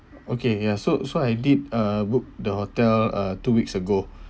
okay ya so so I did uh booked the hotel uh two weeks ago